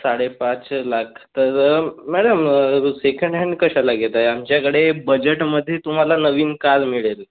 साडे पाच लाख तर मॅडम सेकंड हॅन्ड कशाला घेत आहे आमच्याकडे बजेटमध्ये तुम्हाला नवीन कार मिळेल